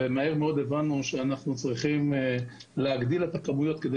ומהר מאוד הבנו שאנחנו צריכים להגדיל את הכמויות כדי